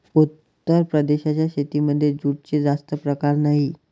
उत्तर प्रदेशाच्या शेतीमध्ये जूटचे जास्त प्रकार नाही